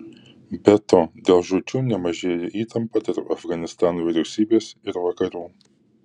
be to dėl žūčių nemažėja įtampa tarp afganistano vyriausybės ir vakarų